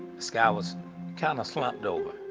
this guy was kind of slumped over.